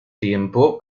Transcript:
tiempo